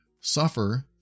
suffer